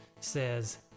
Says